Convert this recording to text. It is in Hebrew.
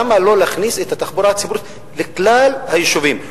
למה לא להכניס תחבורה ציבורית לכלל היישובים,